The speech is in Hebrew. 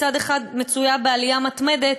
מצד אחד היא מצויה בעלייה מתמדת,